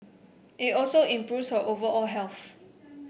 it also improves her overall health